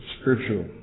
spiritual